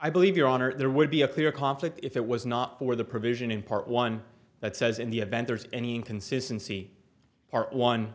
i believe your honor there would be a clear conflict if it was not for the provision in part one that says in the event there is any inconsistency are one